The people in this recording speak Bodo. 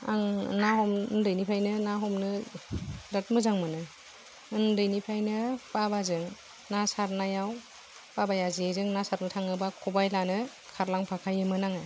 आं उन्दैनिफ्रायनो ना हमनो बिराथ मोजां मोनो उन्दैनिफ्रायनो बाबाजों ना सारनायाव बाबाया जेजों ना सारनो थाङोबा खबाय लानो खारलांफाखायोमोन आङो